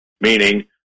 meaning